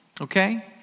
okay